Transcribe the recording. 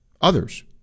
others